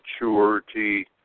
maturity